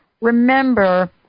Remember